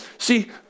See